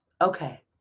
Okay